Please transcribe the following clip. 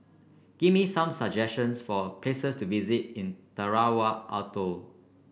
give me some suggestions for places to visit in Tarawa Atoll